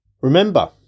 Remember